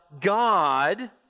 God